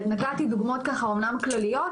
נתתי דוגמאות אומנם כלליות,